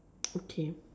okay